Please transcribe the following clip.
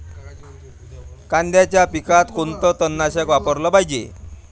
कांद्याच्या पिकात कोनचं तननाशक वापराले पायजे?